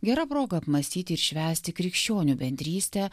gera proga apmąstyti ir švęsti krikščionių bendrystę